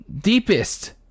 deepest